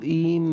קבועים,